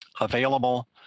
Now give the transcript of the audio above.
available